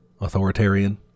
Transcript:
authoritarian